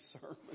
sermon